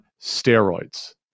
steroids